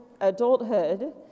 adulthood